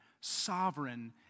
sovereign